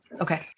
Okay